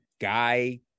guy